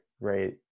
right